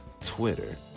Twitter